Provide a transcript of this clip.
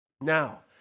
Now